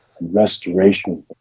restoration